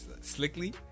slickly